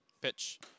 Pitch